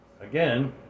again